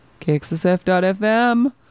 KXSF.FM